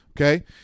okay